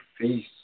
face